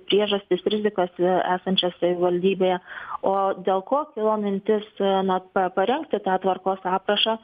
priežastis rizikas esančias savivaldybėje o dėl ko kilo mintis su na ta parengti tą tvarkos aprašą